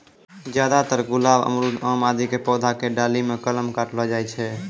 ज्यादातर गुलाब, अमरूद, आम आदि के पौधा के डाली मॅ कलम काटलो जाय छै